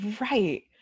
Right